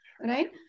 right